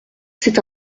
c’est